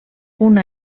una